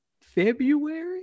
February